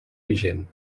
vigent